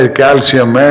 calcium